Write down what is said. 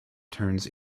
turns